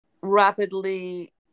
rapidly